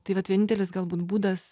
tai vat vienintelis galbūt būdas